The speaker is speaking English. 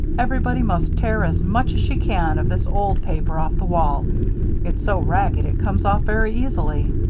everybody must tear as much as she can of this old paper off the wall it's so ragged it comes off very easily.